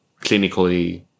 clinically